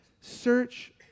Search